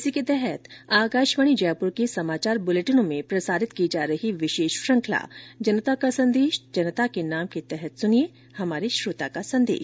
इसी के तहत आकाशवाणी जयपुर के समाचार बुलेटिनों में प्रसारित की जा रही विशेष श्रृखंला जनता का संदेश जनता के नाम के तहत सुनिये हमारे श्रोता का संदेश